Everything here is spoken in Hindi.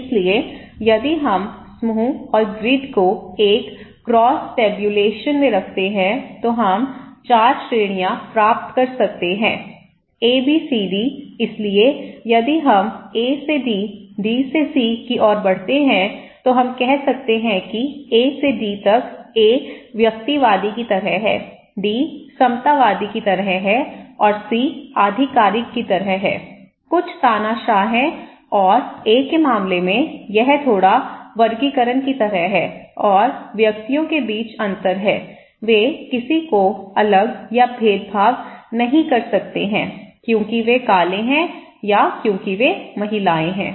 इसलिए यदि हम समूह और ग्रिड को एक क्रॉस टेब्यूलेशन में रखते हैं तो हम 4 श्रेणियां प्राप्त कर सकते हैं ए बी सी डी इसलिए यदि हम ए से डी डी से सी की ओर बढ़ते हैं तो हम कह सकते हैं कि ए से डी तक ए व्यक्तिवादी की तरह है डी समतावादी की तरह है और सी आधिकारिक की तरह है कुछ तानाशाह हैं और ए के मामले में यह थोड़ा वर्गीकरण की तरह है और व्यक्तियों के बीच अंतर हैं वे किसी को अलग या भेदभाव नहीं कर सकते हैं क्योंकि वे काले हैं क्योंकि वे महिलाएं हैं